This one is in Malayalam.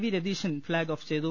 വി രതീശൻ ഫ്ളാഗ് ഓഫ് ചെയ്തു